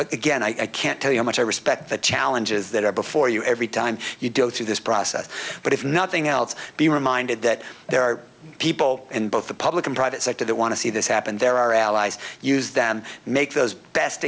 again i can't tell you how much i respect the challenges that are before you every time you do it through this process but if nothing else be reminded that there are people in both the public and private sector that want to see this happen there are allies use than make those best